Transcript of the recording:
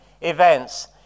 events